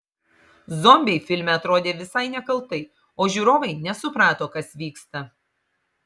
zombiai filme atrodė visai nekaltai o žiūrovai nesuprato kas vyksta